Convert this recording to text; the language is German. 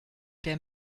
der